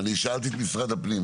ואני שאלתי את משרד הפנים,